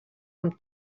amb